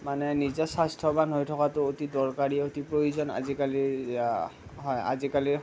মানে নিজে স্বাস্থ্যৱান হৈ থকাতো অতি দৰকাৰ অতি প্ৰয়োজন আজিকালি হয় আজিকালিৰ